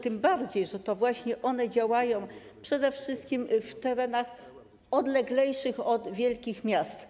Tym bardziej że to właśnie one działają przede wszystkim na terenach odleglejszych od wielkich miast.